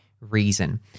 reason